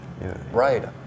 Right